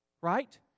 Right